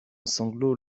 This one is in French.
sanglot